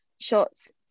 Shots